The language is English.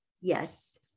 yes